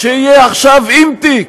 שיהיה עכשיו עם תיק.